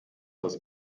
das